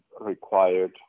required